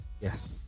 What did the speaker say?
yes